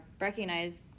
recognize